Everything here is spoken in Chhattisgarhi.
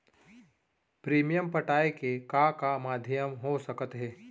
प्रीमियम पटाय के का का माधयम हो सकत हे?